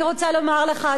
אני רוצה לומר לך,